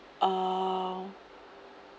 uh